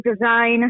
design